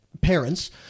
Parents